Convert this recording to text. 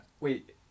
wait